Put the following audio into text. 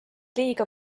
liiga